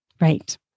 Right